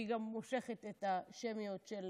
אני מושכת את השמיות של